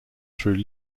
through